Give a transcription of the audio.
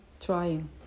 trying